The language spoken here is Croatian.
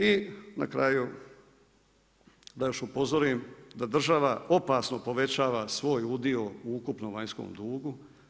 I na kraju, da još upozorim da država opasno povećava svoj udio u ukupnom vanjskom dugu.